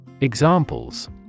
Examples